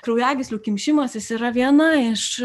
kraujagyslių kimšimasis yra viena iš